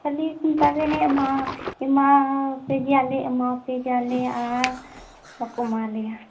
ᱠᱷᱟᱹᱞᱤ ᱠᱚ ᱢᱮᱛᱟᱞᱮᱭᱟ ᱦᱮᱸ ᱮᱢᱟ ᱮᱢᱟᱯᱮ ᱦᱮᱭᱟᱞᱮ ᱮᱢᱟᱯᱮ ᱜᱮᱭᱟᱞᱮ ᱟᱨ ᱵᱟᱠᱚ ᱮᱢᱟ ᱞᱮᱭᱟ